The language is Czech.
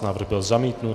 Návrh byl zamítnut.